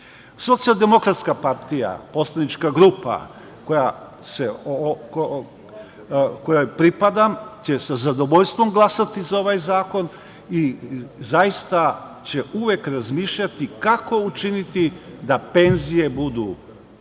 razmišljati. Socijaldemokratska partija, poslanička grupa kojoj pripadam će sa zadovoljstvom glasati za ovaj zakon i zaista će uvek razmišljati kako učiniti da penzije budu dovoljne